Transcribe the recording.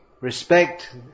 respect